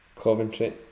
Coventry